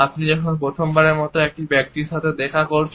আপনি যখন প্রথমবারের মতো একজন ব্যক্তির সাথে দেখা করছেন